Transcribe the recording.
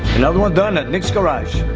another one done at nick's garage